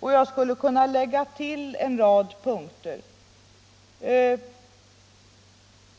Jag skulle kunna lägga till en rad punkter.